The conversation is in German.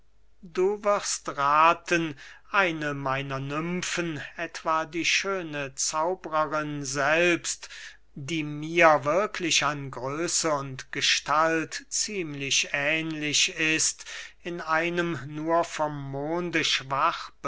du wirst rathen eine meiner nymfen etwa die schöne zauberin selbst die mir wirklich an größe und gestalt ziemlich ähnlich ist in einem nur vom monde